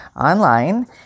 online